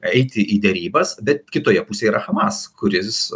eiti į derybas bet kitoje pusėje yra hamas kuris